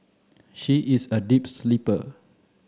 she is a deep sleeper